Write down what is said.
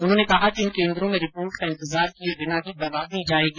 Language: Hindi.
उन्होंने कहा कि इन केन्द्रो में रिपोर्ट का इंतजार किये बिना ही दवा दी जायेगी